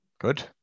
Good